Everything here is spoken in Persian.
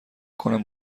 کنم